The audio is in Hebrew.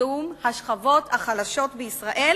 בקידום השכבות החלשות בישראל,